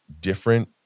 different